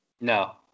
No